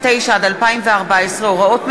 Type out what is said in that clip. הצעת סיעת מרצ להביע אי-אמון בממשלה לא נתקבלה.